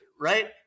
Right